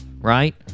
right